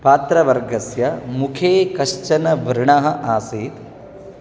पात्रवर्गस्य मुखे कश्चन वृणः आसीत्